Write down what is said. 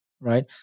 right